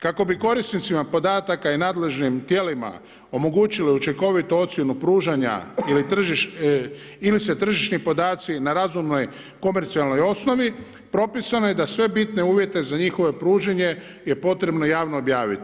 Kako bi korisnicima podataka i nadležnim tijelima omogućili učinkovitu ocjenu pružanja ili se tržišni podaci na razumnoj komercijalnoj osnovi, propisano je da sve bitne uvjete za njihovo pružanje je potrebno javno objaviti.